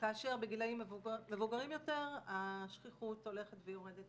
כאשר בגילאים מבוגרים יותר השכיחות הולכת ויורדת